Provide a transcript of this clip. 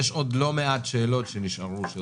יש עוד לא מעט שאלות שנשארו פתוחות,